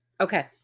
Okay